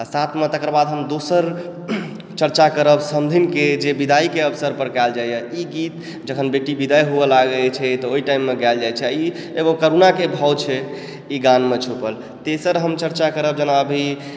आओर साथमे तकर बाद हम दोसर चर्चा करब समधिके जे विदाइके अवसरपर जे कयल जाइए ई गीत जखन बेटी विदाइ होवय लगै छै तऽ ओइ टाइममे गायल जाइ छै ई एगो करुणाके भाव छै ई गानमे छुपल तेसर हम चर्चा करब जेना अभी